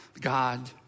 God